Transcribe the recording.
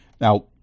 Now